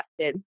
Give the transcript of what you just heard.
tested